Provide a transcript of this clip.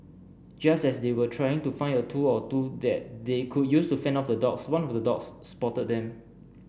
just as they were trying to find a tool or two that they could use to fend off the dogs one of the dogs spotted them